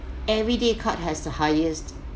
everyday card has the highest